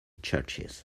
churches